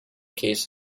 case